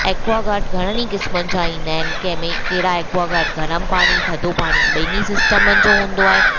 Aquaguard घणनि ई क़िस्मनि जा ईंदा आहिनि कंहिंमें कहिड़ा एक्वागार्ड गर्म पाणी थधो पाणी ॿिनि सिस्टमनि जो हूंदो आहे